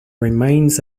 remains